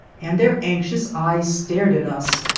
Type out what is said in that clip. and their anxious eyes stared at us,